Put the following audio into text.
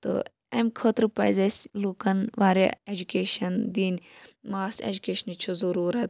تہٕ امہ خٲطرٕ پَزِ اَسہِ لُکَن واریاہ ایٚجُکیشَن دِنۍ ماس ایٚجُکیشنٕچ چھِ ضروٗرَت